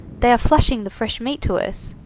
they are flashing the fresh meat to us.